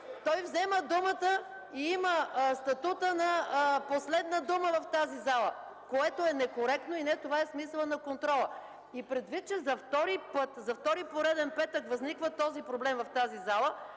Той взема думата и има статута на последна дума в тази зала, което е некоректно и не това е смисълът на контрола. Предвид че за втори пореден петък възниква този проблем в тази зала,